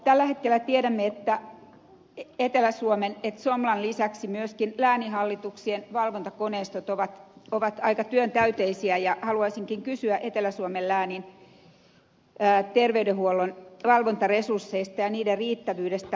tällä hetkellä tiedämme että somlan lisäksi myöskin lääninhallituksien valvontakoneistot ovat aika työntäyteisiä ja haluaisinkin kysyä etelä suomen läänin terveydenhuollon valvontaresursseista ja niiden riittävyydestä